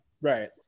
right